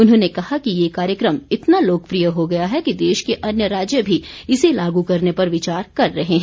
उन्होंने कहा कि ये कार्यक्रम इतना लोकप्रिय हो गया है कि देश के अन्य राज्य भी इसे लागू करने पर विचार कर रहे हैं